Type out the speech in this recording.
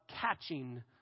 catching